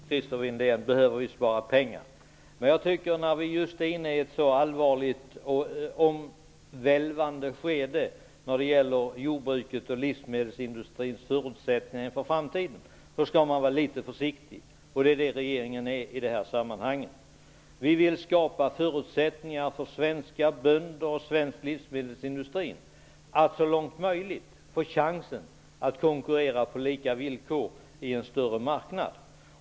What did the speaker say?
Herr talman! Vi behöver förvisso spara pengar, Christer Windén. Men när vi är inne i ett så allvarligt och omvälvande skede när det gäller jordbrukets och livsmedelsindustrins förutsättningar för framtiden skall vi vara litet försiktiga. Det är det regeringen är i detta sammanhang. Vi vill skapa förutsättningar för svenska bönder och svensk livsmedelsindustri att så långt möjligt få chansen att konkurrera på lika villkor på en större marknad.